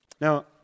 Now